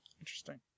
Interesting